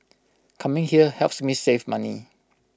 coming here helps me save money